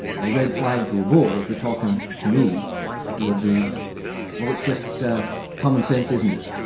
a red flag to a bull if you're talking to me will be well it's just commonsense, isn't it?